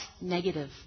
negative